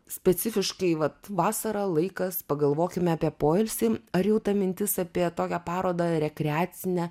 specifiškai vat vasara laikas pagalvokime apie poilsį ar jau ta mintis apie tokią parodą rekreacinę